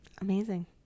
Amazing